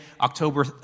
October